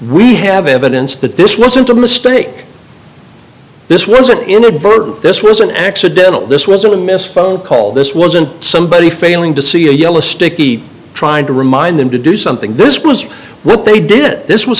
we have evidence that this wasn't a mistake this was an inadvertent this was an accidental this wasn't a miss phone call this wasn't somebody failing to see a yellow sticky trying to remind them to do something this was what they did this was